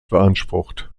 beansprucht